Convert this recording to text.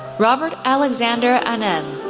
robert alexander annen,